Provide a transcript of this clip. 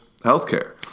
healthcare